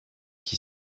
qui